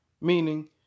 Meaning